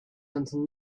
until